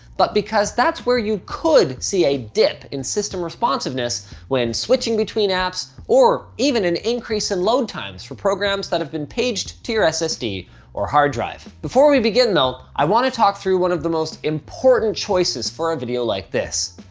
but because that's where you could see a dip in system responsiveness when switching between apps or even an increase in load times for programs that have been paged to your ssd or hard drive. before we begin though, i wanna talk through one of the most important choices for a video like this.